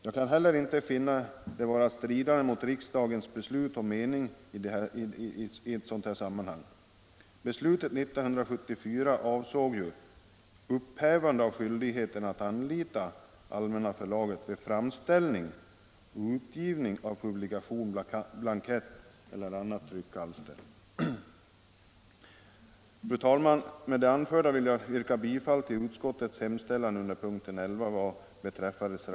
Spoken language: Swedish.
Jag kan heller inte finna det vara stridande mot riksdagens beslut och mening i sammanhanget. Beslutet 1974 avsåg ju upphävande av skyldigheten att anlita Allmänna Förlaget vid framställning och utgivning av publikation, blankett eller annat tryckalster.